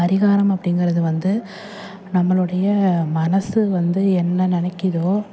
பரிகாரம் அப்டிங்கிறது வந்து நம்மளுடைய மனது வந்து என்ன நெனைக்கிறதோ